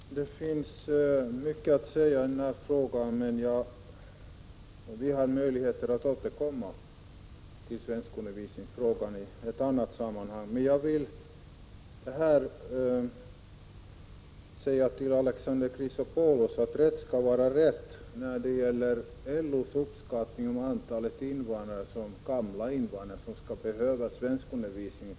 Fru talman! Det finns mycket att säga i frågan om svenskundervisning, men vi får möjligheter att återkomma till den i annat sammanhang. Jag vill säga till Alexander Chrisopoulos att rätt skall vara rätt när det gäller LO:s uppskattning av antalet gamla invandrare som behöver svenskundervisning.